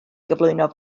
gyflwyno